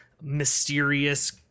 mysterious